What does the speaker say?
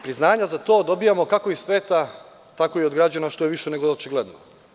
Priznanja za to dobijamo kako iz sveta, tako i od građana, što je više nego očigledno.